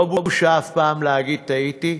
לא בושה אף פעם להגיד "טעיתי",